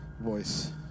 Voice